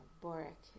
Boric